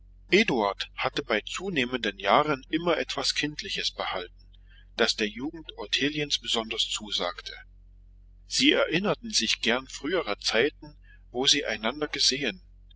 hatte bei zunehmenden jahren immer etwas kindliches behalten das der jugend ottiliens besonders zusagte sie erinnerten sich gern früherer zeiten wo sie einander gesehen